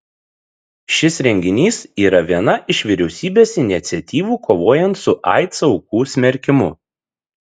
šis renginys yra viena iš vyriausybės iniciatyvų kovojant su aids aukų smerkimu